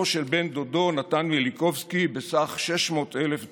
של בן דודו נתן מיליקובסקי בסך 600,000 דולר.